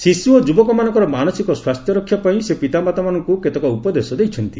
ଶିଶୁ ଓ ଯୁବକମାନଙ୍କର ମାନସିକ ସ୍ୱାସ୍ଥ୍ୟ ରକ୍ଷା ପାଇଁ ସେ ପିତାମାତାମାନଙ୍କୁ କେତେକ ଉପଦେଶ ଦେଇଛନ୍ତି